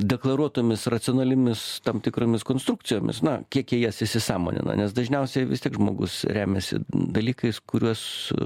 deklaruotomis racionaliomis tam tikromis konstrukcijomis na kiek jie jas įsisąmonina nes dažniausiai vis tiek žmogus remiasi dalykais kuriuos